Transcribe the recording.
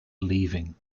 leaving